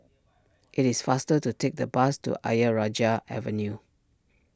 it is faster to take the bus to Ayer Rajah Avenue